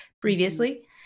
previously